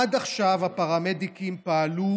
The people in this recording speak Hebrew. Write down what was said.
עד עכשיו הפרמדיקים פעלו